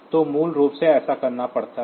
तो मूल रूप से ऐसा करना पड़ता है